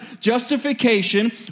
Justification